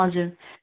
हजुर